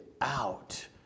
out